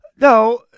no